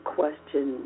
question